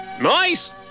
Nice